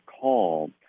call